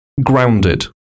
grounded